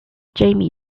jamie